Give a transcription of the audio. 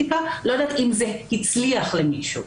לא יודעת אם זה הצליח למישהו.